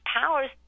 powers